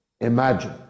imagine